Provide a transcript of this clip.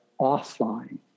offline